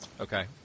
Okay